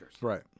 Right